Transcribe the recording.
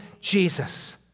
Jesus